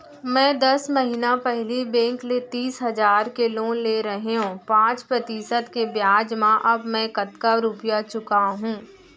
मैं दस महिना पहिली बैंक ले तीस हजार के लोन ले रहेंव पाँच प्रतिशत के ब्याज म अब मैं कतका रुपिया चुका हूँ?